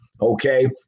okay